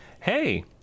hey